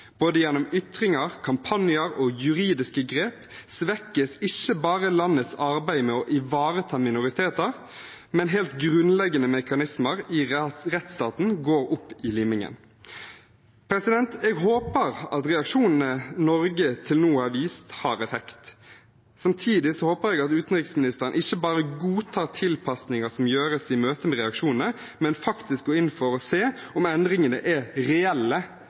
gjennom både ytringer, kampanjer og juridiske grep svekkes ikke bare landets arbeid med å ivareta minoriteter, men helt grunnleggende mekanismer i rettsstaten går opp i limingen. Jeg håper at reaksjonene Norge til nå har vist, har effekt. Samtidig håper jeg at utenriksministeren ikke bare godtar tilpasninger som gjøres i møte med reaksjonene, men faktisk går inn for å se om endringene er reelle